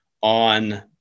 on